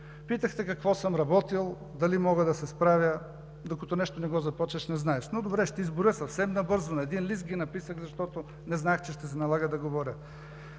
Питахте какво съм работил, дали мога да се справя? Докато нещо не го започнеш, не знаеш. Но, добре, ще изброя съвсем набързо – на един лист ги написах, защото не знаех, че ще се налага да говоря.